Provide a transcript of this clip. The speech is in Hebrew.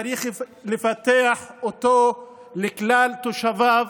צריך לפתח אותו לכלל תושביו.